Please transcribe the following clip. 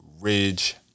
Ridge